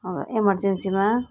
अब इमर्जेन्सीमा